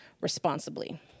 responsibly